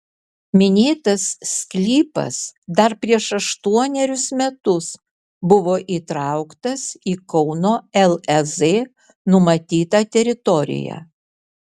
minėtas sklypas dar prieš aštuonerius metus buvo įtrauktas į kauno lez numatytą teritoriją